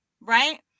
Right